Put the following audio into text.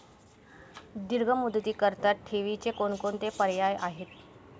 दीर्घ मुदतीकरीता ठेवीचे कोणकोणते पर्याय आहेत?